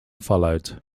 followed